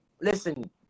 listen